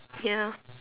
ya